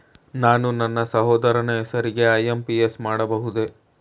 ನಾನು ನನ್ನ ಸಹೋದರನ ಹೆಸರಿಗೆ ಐ.ಎಂ.ಪಿ.ಎಸ್ ಮಾಡಬಹುದೇ?